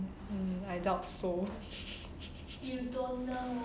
I doubt so